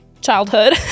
childhood